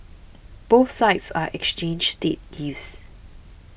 both sides are exchanged state gifts